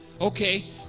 Okay